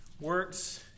works